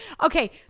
Okay